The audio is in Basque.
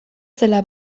zela